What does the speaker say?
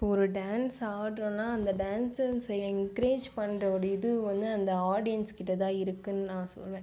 இப்போ ஒரு டான்ஸ் ஆடுறனா அந்த டான்ஸர்ஸை என்க்ரேஜ் பண்ணுற ஒரு இது வந்து அந்த ஆடியன்ஸ் கிட்ட தான் இருக்குதுன்னு நான் சொல்வேன்